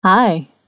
Hi